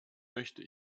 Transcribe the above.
möchte